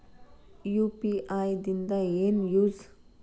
UPI ದಿಂದ ಏನು use?